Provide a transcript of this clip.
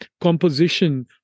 composition